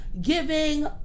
giving